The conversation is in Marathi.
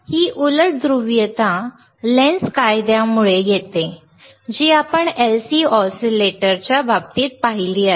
ही उलट ध्रुवीयता लेन्झ कायद्यामुळे येते जी आपण LC ऑसिलेटरच्या बाबतीत पाहिली आहे